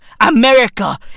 America